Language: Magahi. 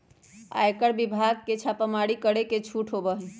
आयकर विभाग के छापेमारी करे के छूट होबा हई